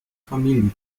familie